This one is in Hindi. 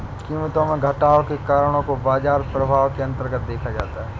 कीमतों में घटाव के कारणों को बाजार प्रभाव के अन्तर्गत देखा जाता है